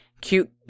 cute